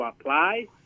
apply